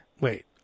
Wait